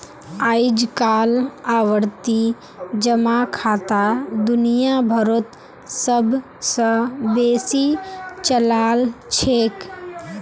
अइजकाल आवर्ती जमा खाता दुनिया भरोत सब स बेसी चलाल छेक